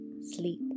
Sleep